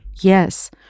Yes